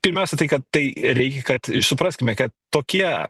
pirmiausia tai kad tai reikia kad supraskime kad tokie